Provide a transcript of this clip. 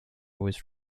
with